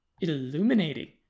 illuminating